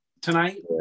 tonight